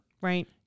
Right